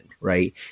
right